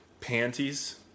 panties